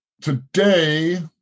today